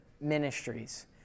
ministries